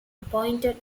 appointed